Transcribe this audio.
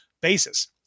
basis